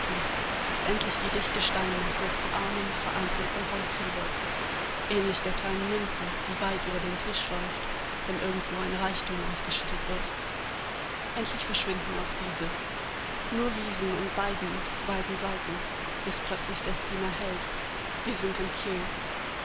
bis endlich die dichte steinmasse zu armen vereinzelten häuschen wird ähnlich der kleinen münze die weit über den tisch läuft wenn irgendwo ein reichtum ausgeschüttet wird endlich verschwinden auch diese nur wiesen und weiden noch zu beiden seiten bis plötzlich der steamer hält wir sind in kew